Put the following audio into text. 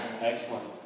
Excellent